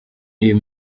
iyo